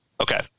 Okay